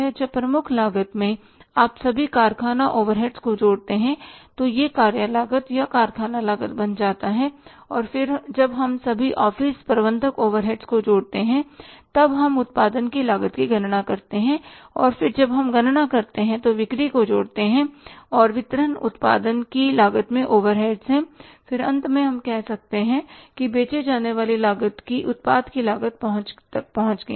जब प्रमुख लागत में आप सभी कारखाना ओवरहेड्स को जोड़ते हैं तो यह कार्य लागत या कारखाना लागत बन जाता है और फिर जब हम सभी ऑफ़िस प्रबंधक ओवरहेड को जोड़ते हैं तब हम उत्पादन की लागत की गणना करते हैं और फिर जब हम गणना करते हैं तो बिक्री को जोड़ते हैं और वितरण उत्पादन की लागत में ओवरहेड्स है फिर अंत में हम कहते हैं कि बेचे जाने वाले उत्पाद की लागत पहुंच गए हैं